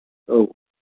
औ